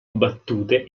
battute